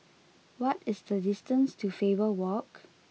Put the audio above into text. what is the distance to Faber Walk